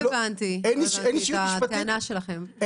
אם